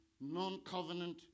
non-covenant